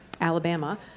Alabama